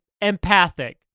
empathic